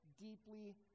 deeply